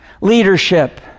Leadership